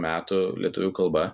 metų lietuvių kalba